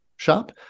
shop